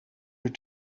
your